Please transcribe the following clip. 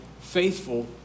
faithful